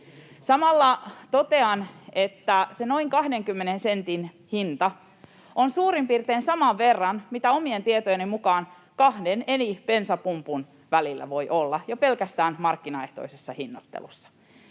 Samalla totean, että se noin 20 sentin hinta on suurin piirtein saman verran kuin mitä omien tietojeni mukaan kahden eri bensapumpun välillä voi olla jo pelkästään markkinaehtoisessa hinnoittelussa.